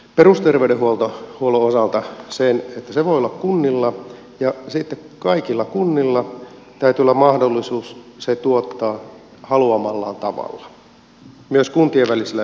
perusterveydenhuolto voi olla kunnilla ja sitten kaikilla kunnilla täytyy olla mahdollisuus se tuottaa haluamallaan tavalla myös kuntien välisellä yhteistyöllä